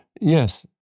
yes